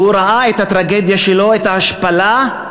ראה את הטרגדיה שלו, את ההשפלה.